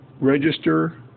register